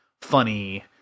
funny